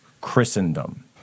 Christendom